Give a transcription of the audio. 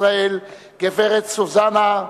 מר סירו ספדה,